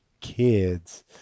kids